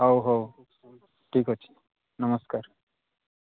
ହଉ ହଉ ଠିକଅଛି ନମସ୍କାର